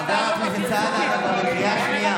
חבר הכנסת סעדה, אתה כבר בקריאה שנייה.